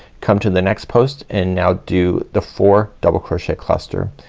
come to the next post and now do the four double crochet cluster.